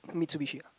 Mitsubishi ah